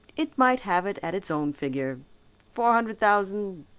it might have it at its own figure four hundred thousand,